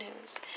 news